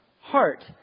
heart